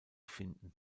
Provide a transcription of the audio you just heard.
finden